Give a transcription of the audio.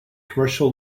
commercial